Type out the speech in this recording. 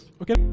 okay